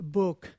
book